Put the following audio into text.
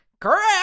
Correct